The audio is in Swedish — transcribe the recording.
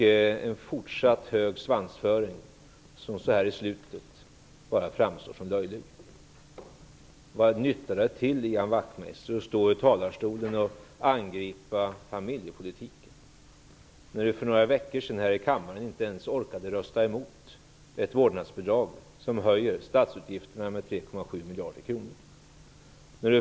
Att fortsatt ha hög svansföring så här i slutet framstår som löjligt. Vad nyttar det till, Ian Wachtmeister, att stå i talarstolen och angripa familjepolitiken? För några veckor sedan orkade Ian Wachtmeister inte ens rösta emot ett vårdnadsbidrag som innebär att statsutgifterna höjs med 3,7 miljarder kronor.